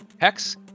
Hex